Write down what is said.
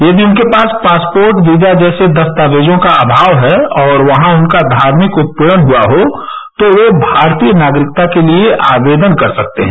यदि उनके पास पासपोर्ट वीजा जैसे दस्तावेजों का अभाव है और वहां उनका धार्मिक उत्पीड़न हुआ हो तो वे भारतीय नागरिकता के लिए आवेदन कर सकते हैं